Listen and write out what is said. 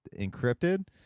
encrypted